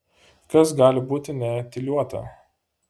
kas gali būti neetiliuota